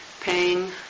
pain